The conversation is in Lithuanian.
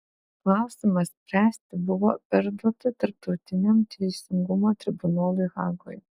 klausimą spręsti buvo perduota tarptautiniam teisingumo tribunolui hagoje